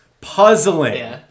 puzzling